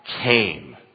came